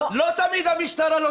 לא תמיד המשטרה לא צודקת.